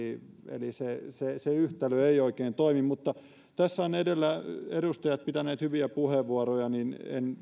eli se yhtälö ei oikein toimi mutta tässä ovat edellä edustajat pitäneet hyviä puheenvuoroja joten en